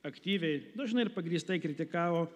aktyviai dažnai ir pagrįstai kritikavo